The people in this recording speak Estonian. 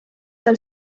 tal